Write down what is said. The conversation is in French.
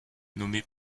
nommé